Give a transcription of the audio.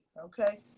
okay